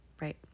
right